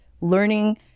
learning